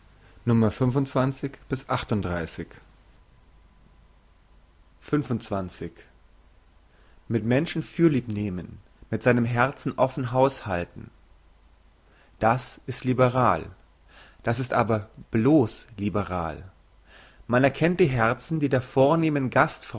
mit menschen fürlieb nehmen mit seinem herzen offen haus halten das ist liberal das ist aber bloss liberal man erkennt die herzen die der vornehmen